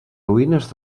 ruïnes